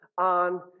on